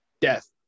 death